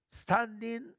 standing